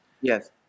Yes